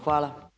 Hvala.